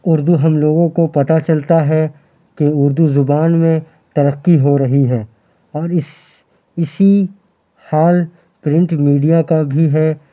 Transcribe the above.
اُردو ہم لوگوں کو پتہ چلتا ہے کہ اُردو زبان میں ترقی ہو رہی ہے اور اِس اِسی حال پرنٹ میڈیا کا بھی ہے